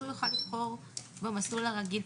אז הוא יוכל לבחור במסלול הרגיל.